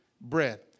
bread